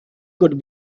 could